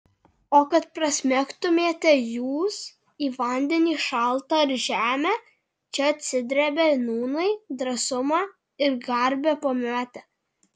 o kad prasmegtumėte jūs į vandenį šaltą ar žemę čia atsidrėbę nūnai drąsumą ir garbę pametę